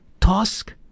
task